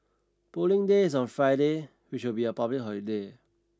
Polling Day is on Friday which will be a public holiday